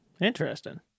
Interesting